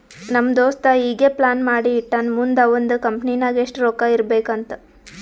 ನಮ್ ದೋಸ್ತ ಈಗೆ ಪ್ಲಾನ್ ಮಾಡಿ ಇಟ್ಟಾನ್ ಮುಂದ್ ಅವಂದ್ ಕಂಪನಿ ನಾಗ್ ಎಷ್ಟ ರೊಕ್ಕಾ ಇರ್ಬೇಕ್ ಅಂತ್